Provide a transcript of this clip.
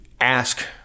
ask